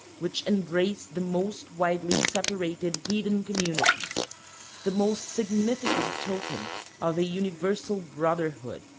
which embraced the most widely separated heathen communities the most significant token of a universal brotherhood,